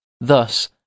Thus